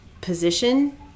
position